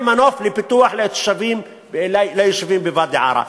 מנוף לפיתוח לתושבים וליישובים בוואדי-עארה.